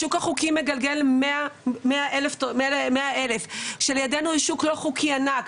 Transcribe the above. השוק החוקי מגלגל 100,000 שלידינו יש שוק לא חוקי ענק,